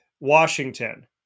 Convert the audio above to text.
Washington